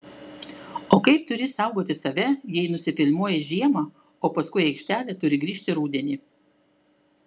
o kaip turi saugoti save jei nusifilmuoji žiemą o paskui į aikštelę turi grįžti rudenį